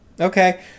Okay